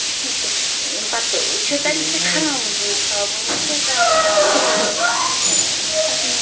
کِہیٖنۍ تہِ ٲں پَتہٕ ٲں چھِ تَتہِ پٮ۪ٹھ مےٚ خران وۄنۍ بوٗٹھ لاگُن وۄنۍ کیٛاہ کَرٕ پَکناوو